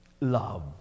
love